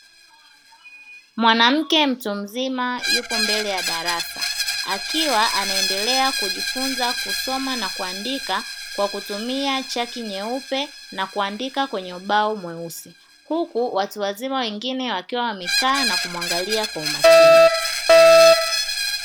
Mwanamke mtu mzima yupo mbele ya darasa, akiwa anaendelea kujifunza kusoma na kuandika kwa kutumia chaki nyeupe na kuandika kwenye ubao mweusi, huku watu wazima wengine wakiwa wamekaa na kumuangalia kwa umakini.